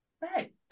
right